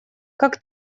как